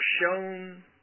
shown